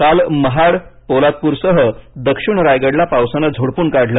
काल महाड पोलादपूरसह दक्षिण रायगडला पावसाने झोडपून काढलं